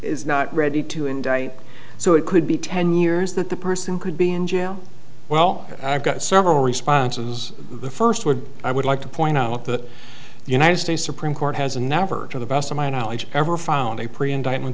is not ready to indict so it could be ten years that the person could be in jail well i've got several responses the first word i would like to point out that the united states supreme court has never to the best of my knowledge ever found a pre indictment